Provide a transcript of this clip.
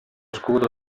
scudo